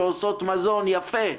שעושות מזון יפה.